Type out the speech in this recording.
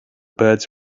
birds